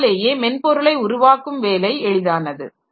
அதனாலேயே மென்பொருளை உருவாக்கும் வேலை எளிதானது